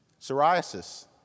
Psoriasis